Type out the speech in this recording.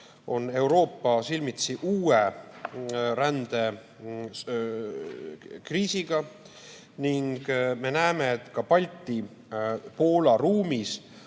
on Euroopa silmitsi uue rändekriisiga ning me näeme, et ka Balti-Poola ruumis